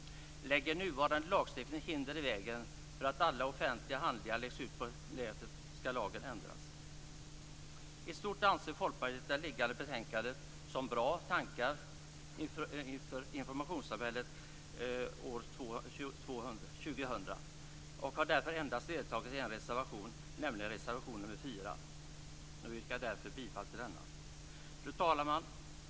Om nuvarande lagstiftning lägger hinder i vägen för att alla offentliga handlingar läggs ut på nätet, skall lagen ändras. I stort anser Folkpartiet att det liggande betänkandet innehåller bra tankar inför informationssamhället år 2000. Därför har vi endast deltagit i en reservation, nämligen reservation nr 4. Jag yrkar därför bifall till denna. Fru talman!